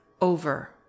Over